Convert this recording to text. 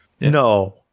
No